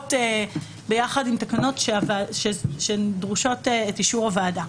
משולבות יחד עם תקנות שדורשות את אישור הוועדה.